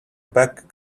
back